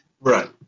Right